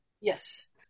Yes